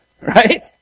right